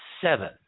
seven